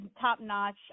top-notch